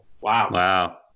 Wow